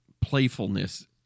playfulness